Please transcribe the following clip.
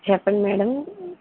చెప్పండి మేడం